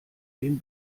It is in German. den